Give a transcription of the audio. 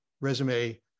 resume